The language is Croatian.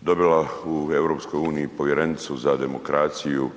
dobila u EU povjerenicu za demokraciju